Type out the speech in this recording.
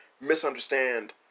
misunderstand